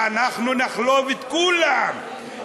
ואנחנו נחלוב את כולם.